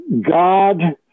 God